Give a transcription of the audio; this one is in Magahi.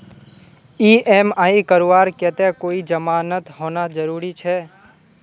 ई.एम.आई करवार केते कोई जमानत होना जरूरी छे?